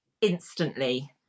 instantly